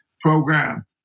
program